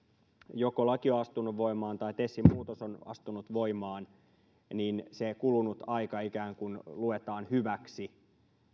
joko laki on astunut voimaan tai tesin muutos on astunut voimaan niin se kulunut aika ikään kuin luettaisiin hyväksi